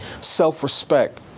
self-respect